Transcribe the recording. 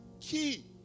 key